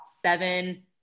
seven